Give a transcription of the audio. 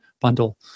bundle